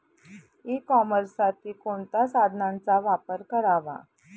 E कॉमर्ससाठी कोणत्या साधनांचा वापर करावा?